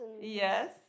Yes